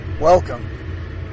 Welcome